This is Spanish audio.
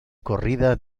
corrida